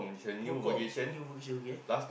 Procom new vocation okay